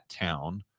town